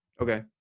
Okay